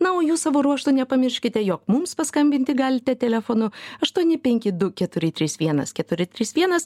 naujų savo ruožtu nepamirškite jog mums paskambinti galite telefonu aštuoni penki du keturi trys vienas keturi trys vienas